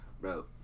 bro